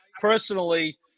personally